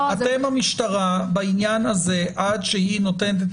אתם המשטרה בעניין הזה עד שהיא נותנת את